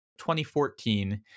2014